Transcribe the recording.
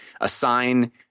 assign